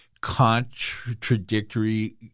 contradictory